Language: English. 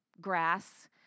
grass